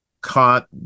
caught